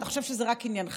אתה חושב שזה רק עניינך?